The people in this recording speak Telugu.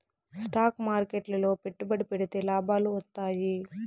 స్టాక్ మార్కెట్లు లో పెట్టుబడి పెడితే లాభాలు వత్తాయి